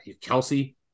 Kelsey